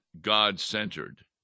God-centered